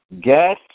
Get